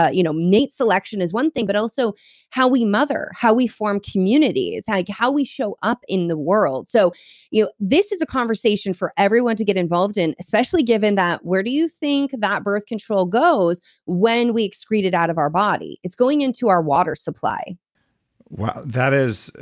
ah you know mate selection is one thing, but also how we mother, how we form communities, how like how we show up in the world so this is a conversation for everyone to get involved in, especially given that where do you think that birth control goes when we excrete it out of our body? it's going into our water supply wow, that is.